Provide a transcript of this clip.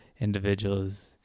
individuals